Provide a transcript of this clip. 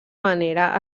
manera